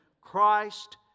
Christ